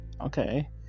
Okay